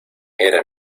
era